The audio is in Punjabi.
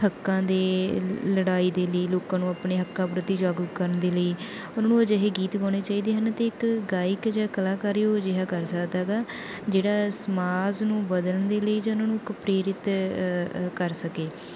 ਹੱਕਾਂ ਦੇ ਲੜਾਈ ਦੇ ਲਈ ਲੋਕਾਂ ਨੂੰ ਆਪਣੇ ਹੱਕਾਂ ਪ੍ਰਤੀ ਜਾਗਰੂਕ ਕਰਨ ਦੇ ਲਈ ਉਹਨਾਂ ਨੂੰ ਅਜਿਹੇ ਗੀਤ ਗਾਉਣੇ ਚਾਹੀਦੇ ਹਨ ਅਤੇ ਇੱਕ ਗਾਇਕ ਜਾਂ ਕਲਾਕਾਰ ਹੀ ਉਹ ਅਜਿਹਾ ਕਰ ਸਕਦਾ ਹੈਗਾ ਜਿਹੜਾ ਸਮਾਜ ਨੂੰ ਬਦਲਣ ਦੇ ਲਈ ਜਾਂ ਉਹਨਾਂ ਨੂੰ ਕ ਪ੍ਰੇਰਿਤ ਕਰ ਸਕੇ